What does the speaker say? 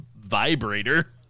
vibrator